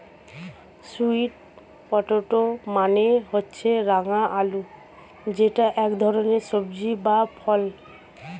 sweet potato মানে হচ্ছে রাঙা আলু যেটা এক ধরনের সবজি বা ফল